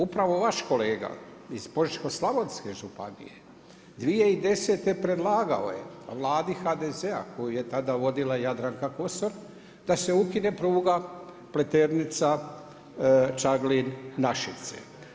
Upravo vaš kolega iz Požeško-slavonske županije 2010. predlagao je Vladi HDZ-a koju je tada vodila Jadranka Kosor da se ukine pruga Pleternica-Čaglin-Našice.